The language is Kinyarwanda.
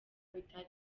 bitari